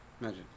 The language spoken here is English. Imagine